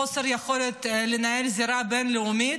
חוסר יכולת לנהל זירה בין-לאומית.